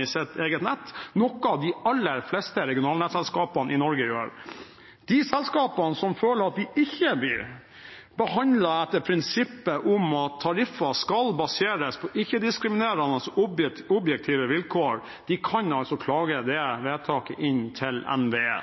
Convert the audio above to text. i sitt eget nett, noe de aller fleste regionalnettselskapene i Norge gjør. De selskapene som føler at de ikke blir behandlet etter prinsippet om at tariffer skal baseres på ikke-diskriminerende, objektive vilkår, kan klage det vedtaket inn til NVE.